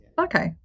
Okay